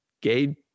gay